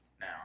now